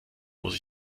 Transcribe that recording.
muss